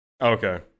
Okay